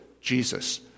Jesus